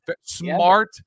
smart